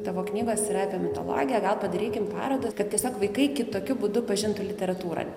tavo knygos yra apie mitologiją gal padarykim parodą kad tiesiog vaikai kitokiu būdu pažintų literatūrą